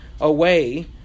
away